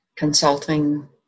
consulting